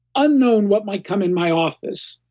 unknown what might come in my office,